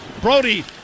Brody